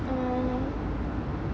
ah